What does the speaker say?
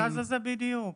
בדיוק.